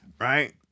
right